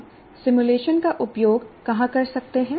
हम सिमुलेशन का उपयोग कहां कर सकते हैं